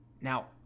Now